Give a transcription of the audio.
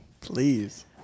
Please